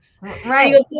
right